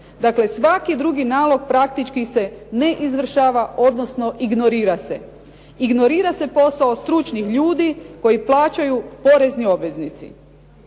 Dakle, svaki drugi nalog praktički se ne izvršava, odnosno ignorira se. Ignorira se posao stručnih ljudi koji plaćaju porezni obveznici